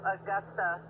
Augusta